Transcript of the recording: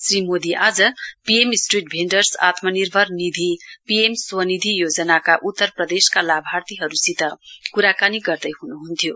श्री मोदी आज PM street vendors Atmanirbhar Nidhi PM Svanidhi योजनाका उत्तर प्रदेशका लाबार्थीहरुसित कुराकानी गर्दैहुनुहुन्थ्यो